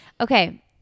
Okay